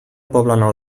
poblenou